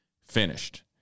finished